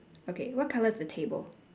okay what colour is the table